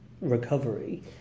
recovery